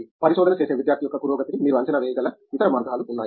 పరిశోధన చేసే విద్యార్థి యొక్క పురోగతిని మీరు అంచనా వేయగల ఇతర మార్గాలు ఉన్నాయా